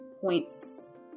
points